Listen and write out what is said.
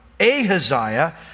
Ahaziah